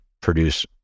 produce